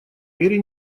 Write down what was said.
мере